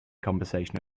conversation